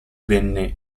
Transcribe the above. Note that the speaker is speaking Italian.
venne